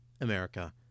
America